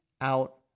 out